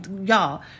Y'all